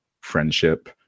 friendship